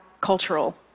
cultural